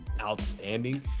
outstanding